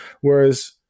Whereas